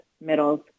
middles